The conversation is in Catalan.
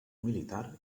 militar